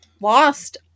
lost